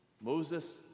Moses